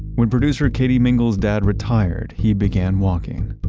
when producer katie mingle's dad retired, he began walking.